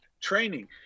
Training